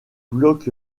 block